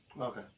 Okay